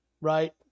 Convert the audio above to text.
right